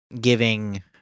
giving